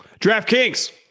DraftKings